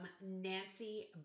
Nancy